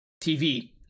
TV